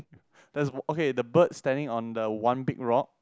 that's okay the bird standing on the one big rock